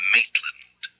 Maitland